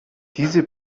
diese